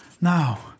Now